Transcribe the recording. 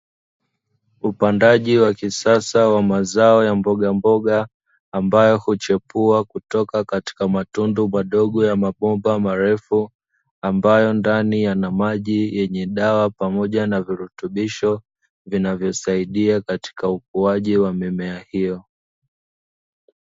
Upandaji wa kisasa wa mazao mbogamboga ambayo huchipua kutoka katika matundu madogo ya mabomba marefu, ambayo ndani yana maji yenye dawa pamoja na virutubisho vinavyosaidia katika ukuaji wa mimea hiyo.